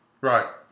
Right